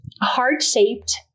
heart-shaped